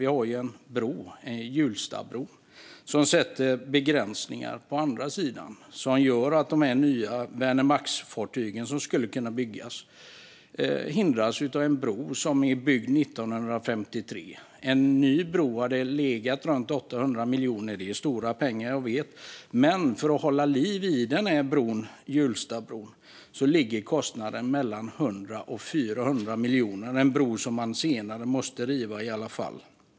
Vi har en bro, Hjulstabron, som sätter begränsningar på andra sidan och gör att de nya Vänermaxfartygen som skulle kunna byggas hindras av en bro som är byggd 1953. En ny bro hade legat runt 800 miljoner. Det är stora pengar, jag vet, men för att hålla liv i Hjulstabron ligger kostnaden mellan 100 och 400 miljoner - en bro som man senare måste riva i alla fall.